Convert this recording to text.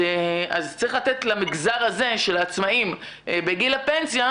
אז צריך לתת למגזר הזה של עצמאים בגיל הפנסיה,